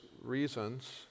reasons